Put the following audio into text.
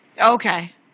Okay